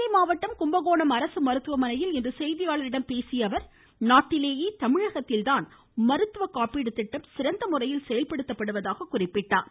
தஞ்சை மாவட்டம் கும்பகோணம் அரசு மருத்துவமனையில் இன்ற செய்தியாளர்களிடம் பேசிய அவர் நாட்டிலேயே தமிழகத்தில் தான் மருத்துவ காப்பீடு திட்டம் சிறந்த முறையில் செயல்படுத்தப்படுவதாக கூறினார்